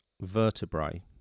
vertebrae